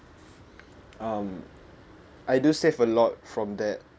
um I do save a lot from that